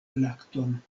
lakton